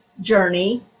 journey